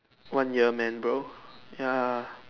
when you are man bro ya